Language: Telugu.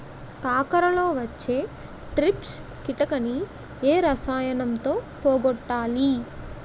కాకరలో వచ్చే ట్రిప్స్ కిటకని ఏ రసాయనంతో పోగొట్టాలి?